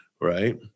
right